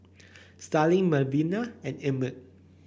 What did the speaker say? Starling Melvina and Emmett